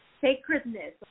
sacredness